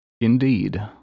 Indeed